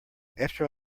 after